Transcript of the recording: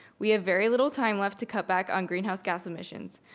we have very little time left to cut back on greenhouse gas emissions.